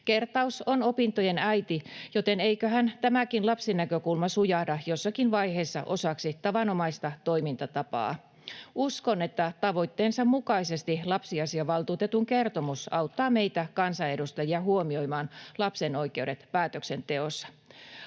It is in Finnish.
Kertaus on opintojen äiti, joten eiköhän tämä lapsinäkökulmakin sujahda jossakin vaiheessa osaksi tavanomaista toimintatapaa. Uskon, että tavoitteensa mukaisesti lapsiasiavaltuutetun kertomus auttaa meitä kansanedustajia huomioimaan lapsen oikeudet päätöksenteossa.